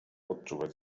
odczuwać